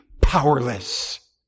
powerless